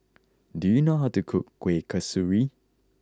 do you know how to cook Kuih Kasturi